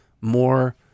more